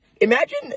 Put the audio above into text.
Imagine